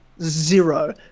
Zero